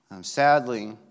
Sadly